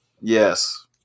Yes